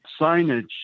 signage